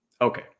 okay